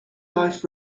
life